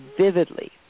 vividly